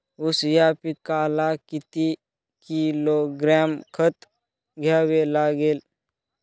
ऊस या पिकाला किती किलोग्रॅम खत द्यावे लागेल?